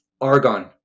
argon